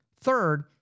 Third